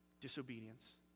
Disobedience